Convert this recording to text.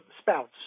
spouts